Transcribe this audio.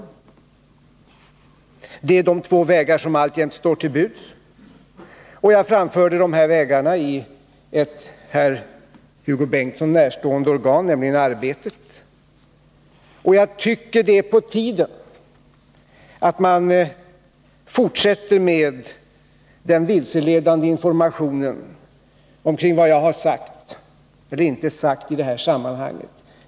Det är de två vägar som alltjämt står till buds, och jag redogjorde för dessa vägar i ett herr Hugo Bengtsson närstående organ, nämligen Arbetet. Jag tycker det är på tiden att man upphör med den vilseledande informationen kring vad jag har sagt eller inte sagt i detta sammanhang.